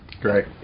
Great